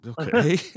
Okay